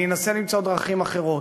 אני אנסה למצוא דרכים אחרות,